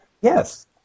Yes